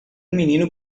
menino